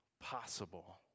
possible